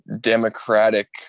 democratic